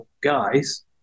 guys